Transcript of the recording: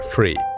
Free